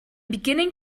beginning